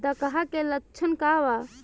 डकहा के लक्षण का वा?